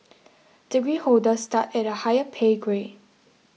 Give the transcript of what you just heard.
degree holders start at a higher pay grade